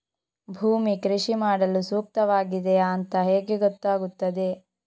ಭೂಮಿ ಕೃಷಿ ಮಾಡಲು ಸೂಕ್ತವಾಗಿದೆಯಾ ಅಂತ ಹೇಗೆ ಗೊತ್ತಾಗುತ್ತದೆ?